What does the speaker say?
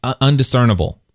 undiscernible